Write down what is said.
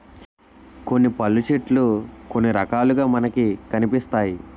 కొన్ని పళ్ళు చెట్లు కొన్ని రకాలుగా మనకి కనిపిస్తాయి